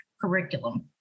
curriculum